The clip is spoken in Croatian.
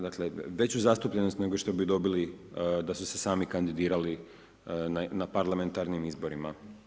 Dakle, veću zastupljenost nego što bi dobili da su se sami kandidirali na parlamentarnim izborima.